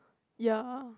ya